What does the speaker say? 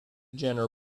jenner